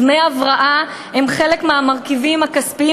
דמי הבראה הם חלק מהמרכיבים הכספיים